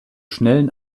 schnellen